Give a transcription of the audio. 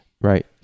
Right